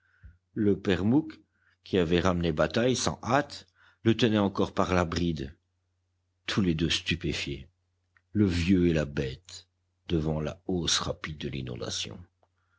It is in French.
le père mouque qui avait ramené bataille sans hâte le tenait encore par la bride tous les deux stupéfiés le vieux et la bête devant la hausse rapide de l'inondation